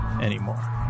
anymore